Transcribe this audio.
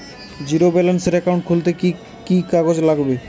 Zero ব্যালেন্সের account খুলতে কি কি কাগজ লাগবে?